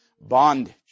bondage